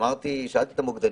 כששאלתי את המוקדן